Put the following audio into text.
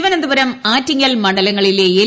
തിരുവനന്തപുരം ആറ്റിങ്ങൽ മണ്ഡലങ്ങളിലെ എൽ